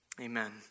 Amen